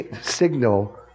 signal